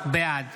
בעד